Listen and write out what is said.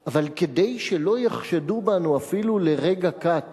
אבל כדי שלא יחשדו בנו אפילו לרגע קט